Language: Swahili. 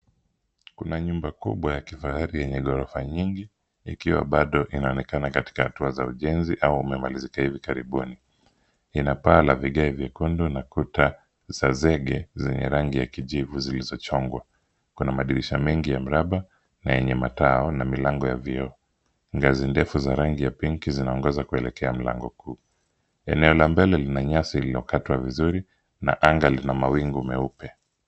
Kuna nyumba kubwa ya kifahari yenye ghorofa nyingi na ikiwa baado inaonekana katika hatua za ujenzi au umemalizika hivi karibuni. Ina paa la vigae vyekundu na kuta za zege zenye rangi ya kijivu zilizochongwa. Kuna madirisha mengi ya mraba na yenye matao na milango ya vioo. Nyasi ndefu za rangi ya pinki zinaongoza kuelekea mlango kuu. Eneo la mbele lina nyasi iliyokatwa vizuri na anga lina mawingu meupe.